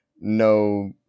no